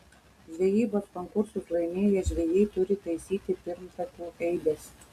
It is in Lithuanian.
žvejybos konkursus laimėję žvejai turi taisyti pirmtakų eibes